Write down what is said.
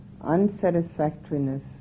unsatisfactoriness